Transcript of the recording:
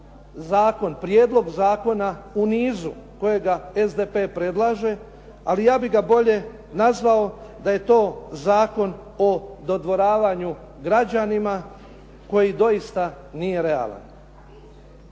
zakon, prijedlog zakona u nizu kojega SDP predlaže, ali ja bih ga bolje nazvao da je to zakon o dodvoravanju građanima koji doista nije realan.